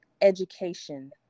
education